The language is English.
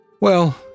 Well